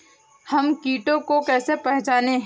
हम कीटों को कैसे पहचाने?